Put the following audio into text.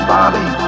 body